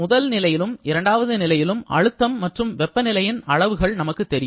முதல் நிலையிலும் இரண்டாவது நிலையிலும் அழுத்தம் மற்றும் வெப்பநிலையின் அளவுகள் நமக்கு தெரியும்